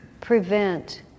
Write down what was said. prevent